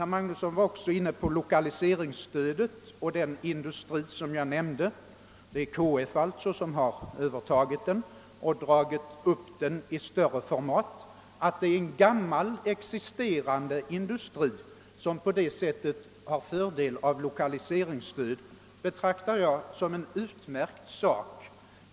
Herr Magnusson i Borås var också inne på lokaliseringsstödet och kritiserade förhållandena kring den industri som jag nämnde. KF har alltså övertagit den och dragit upp den i större format. Att det är en redan existerande industri som på detta sätt har fördel av lokaliseringsstödet betraktar jag som en utmärkt sak.